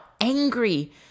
angry